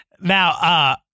Now